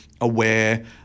aware